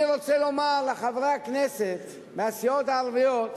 אני רוצה לומר לחברי הכנסת מהסיעות הערביות